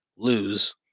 lose